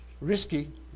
risky